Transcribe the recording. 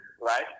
right